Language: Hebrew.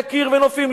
יקיר ונופים,